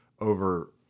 over